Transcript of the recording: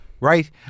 right